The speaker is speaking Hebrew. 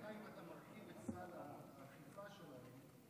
אם אתה מרחיב את סל האכיפה שלהם,